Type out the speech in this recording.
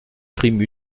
crime